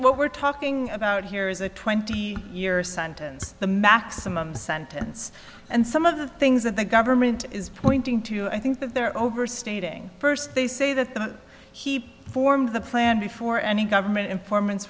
what we're talking about here is a twenty year sentence the maximum sentence and some of the things that the government is pointing to i think that they're overstating first they say that the heap formed the plan before any government informants